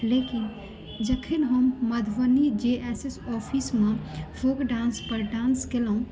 लेकिन जखन हम मधुबनी जे एस एस ऑफिसमे फोल्क डान्सपर डान्स केलहुँ